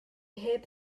heb